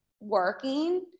working